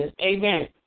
Amen